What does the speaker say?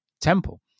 temple